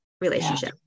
relationship